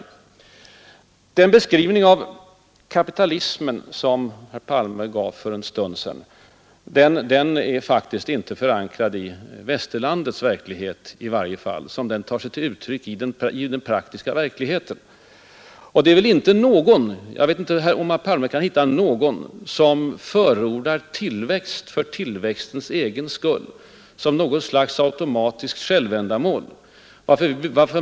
Den skildring av kapitalismen som herr Palme gav för en stund sedan är faktiskt inte förankarad i den praktiska verkligheten, inte i Västerlandets verklighet i varje fall. Det är väl inte någon som förordar tillväxt för tillväxtens egen skull, som något slags automatiskt självändamål.